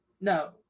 No